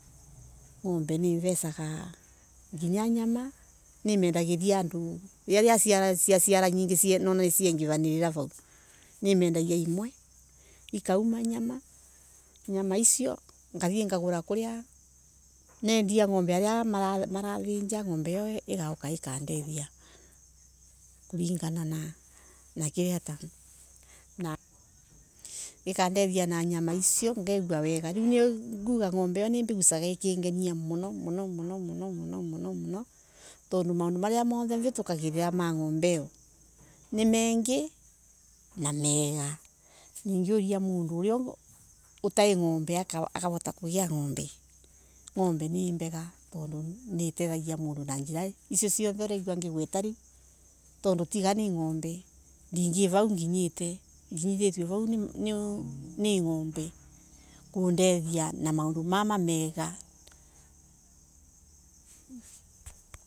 Ngombe niivesaga nginya nyama riria cia Ciara mengi nona niciengeva vaunimendagia imwe ikauma nyama nyama icio ngathie ngagura kwi aria marathija ngombe io igauka ikandethia na nyama ngeigua wega riu niliu nguga ngombe io nimbegusaga ikingenia muno muno tondo maundu maria mothe vitukagirira ma ngombe io ni mengi na mega ningiuria mundu uria utai na ngombe akavota kugea ngombe ngombe ni mbega tondo nitethiagia mondo na njira icio ciuthee aregua ngigweta tondo tiga ni ngombe ndingivau nginyithitwe vau ni ngombe kudethia na maundu mau mega.